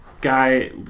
guy